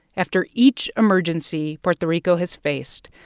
after each emergency puerto rico has faced,